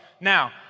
Now